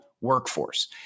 workforce